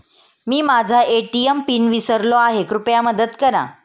मी माझा ATM PIN विसरलो आहे, कृपया मदत करा